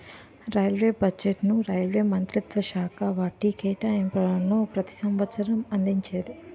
railway బడ్జెట్ను railway మంత్రిత్వశాఖ వాటి కేటాయింపులను ప్రతి సంవసరం అందించేది